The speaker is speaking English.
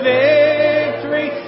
victory